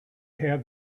had